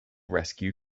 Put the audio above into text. rescue